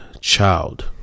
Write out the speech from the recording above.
child